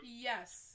Yes